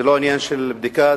זה לא עניין של בדיקה,